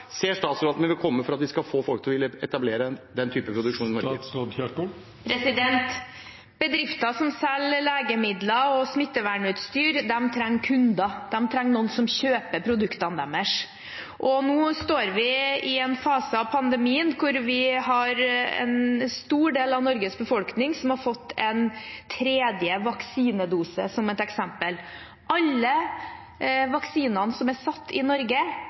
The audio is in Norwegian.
ser statsråden for seg må komme for at vi skal få folk til å etablere den typen produksjon i Norge? Bedrifter som selger legemidler og smittevernutstyr, trenger kunder. De trenger noen som kjøper produktene deres. Nå står vi i en fase av pandemien der en stor del av Norges befolkning har fått en tredje vaksinedose, som et eksempel. Alle vaksinene som er satt i Norge,